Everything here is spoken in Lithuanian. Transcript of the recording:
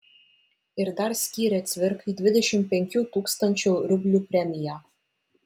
ir dar skyrė cvirkai dvidešimt penkių tūkstančių rublių premiją